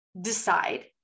decide